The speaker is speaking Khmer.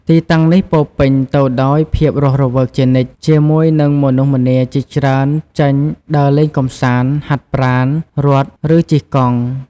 ទីតាំងនេះពោរពេញទៅដោយភាពរស់រវើកជានិច្ច ជាមួយនឹងមនុស្សម្នាជាច្រើនចេញដើរលេងកម្សាន្ត ហាត់ប្រាណ រត់ ឬជិះកង់។